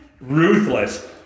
Ruthless